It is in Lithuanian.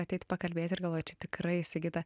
ateit pakalbėti ir galvoju čia tikrai sigita